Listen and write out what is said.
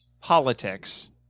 politics